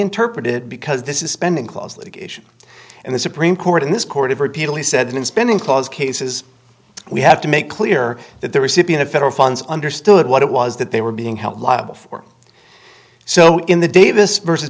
interpreted because this is spending clause litigation and the supreme court in this court have repeatedly said that in spending clause cases we have to make clear that the recipient of federal funds understood what it was that they were being held liable for so in the davis v